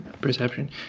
perception